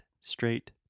straight